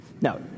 no